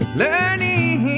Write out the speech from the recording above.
learning